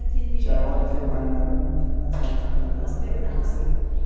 चावल क भण्डारण कितना साल तक करल जा सकेला और कइसे?